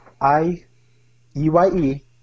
I-E-Y-E